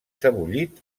sebollit